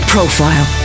Profile